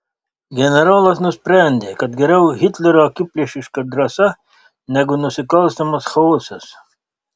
generolas nusprendė kad geriau hitlerio akiplėšiška drąsa negu nusikalstamas chaosas